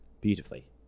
beautifully